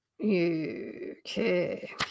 Okay